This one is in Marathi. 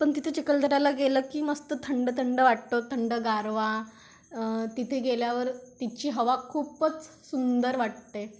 पण तिथे चिखलदऱ्याला गेलं की मस्त थंड थंड वाटतं थंड गारवा तिथे गेल्यावर तिची हवा खूपच सुंदर वाटते